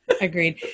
Agreed